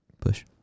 Push